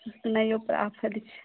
सुतनाइओपर आफत छै